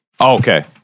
Okay